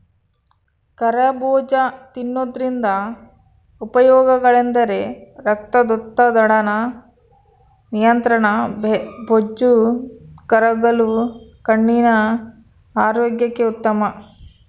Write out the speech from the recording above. ಕರಬೂಜ ತಿನ್ನೋದ್ರಿಂದ ಉಪಯೋಗಗಳೆಂದರೆ ರಕ್ತದೊತ್ತಡದ ನಿಯಂತ್ರಣ, ಬೊಜ್ಜು ಕರಗಲು, ಕಣ್ಣಿನ ಆರೋಗ್ಯಕ್ಕೆ ಉತ್ತಮ